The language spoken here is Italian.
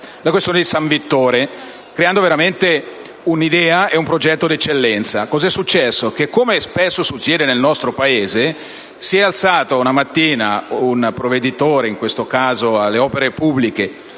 la questione di San Vittore, creando veramente un'idea e un progetto di eccellenza. Cos'è successo? Come spesso accade nel nostro Paese, si è alzato una mattina un provveditore, in questo caso alle opere pubbliche